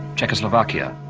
czechoslovakia,